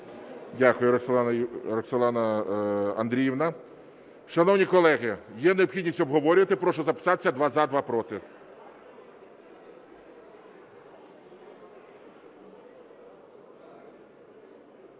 Дякую, Роксолана Андріївна. Шановні колеги, є необхідність обговорювати. Прошу записатися: два – за, два – проти.